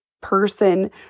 person